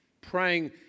praying